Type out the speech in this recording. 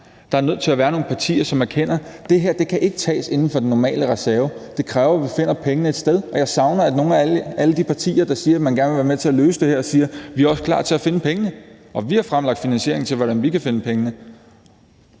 Der er nødt til at være nogle partier, som erkender, at det her ikke kan tages inden for den normale reserve. Det kræver, at vi finder pengene et sted. Og jeg savner, at nogle af alle de partier, der siger, at man gerne vil være med til at løse det her, også siger: Vi er klar til at finde pengene. Og vi har fremlagt finansiering, fundet pengene.